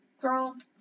girls